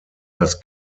das